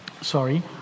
sorry